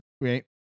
Right